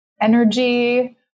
energy